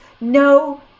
no